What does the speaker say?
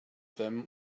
them